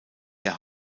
der